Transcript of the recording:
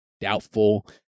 Doubtful